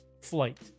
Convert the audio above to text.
flight